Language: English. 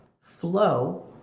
flow